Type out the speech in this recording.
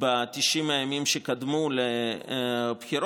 ב-90 הימים שקדמו לבחירות,